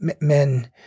men